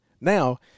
Now